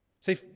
See